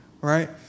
right